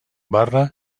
barra